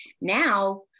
now